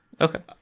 okay